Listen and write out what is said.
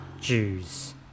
Jews